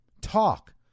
talk